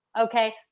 Okay